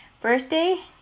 birthday